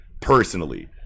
personally